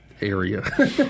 area